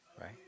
right